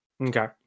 okay